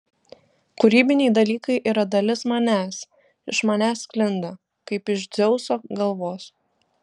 kūrybiniai dalykai yra dalis manęs iš manęs sklinda kaip iš dzeuso galvos